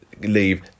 leave